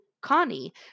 Connie